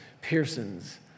Pearsons